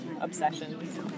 obsessions